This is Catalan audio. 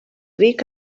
ric